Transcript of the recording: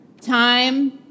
time